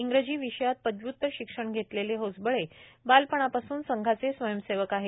इंग्रजी विषयात पदव्य्तर शिक्षण घेतलेले होसबळे हे बालपणापासून संघाचे स्वयंसेवक आहेत